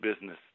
business